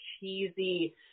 cheesy